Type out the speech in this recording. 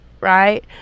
right